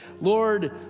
Lord